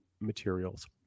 materials